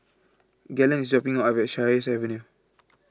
Galen is dropping me off at Sheares Avenue